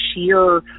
sheer